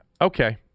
Okay